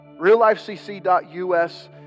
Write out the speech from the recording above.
reallifecc.us